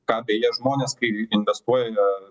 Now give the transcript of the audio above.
ką beje žmonės kai investuotoja